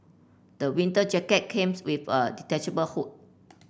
the winter jacket came with a detachable hood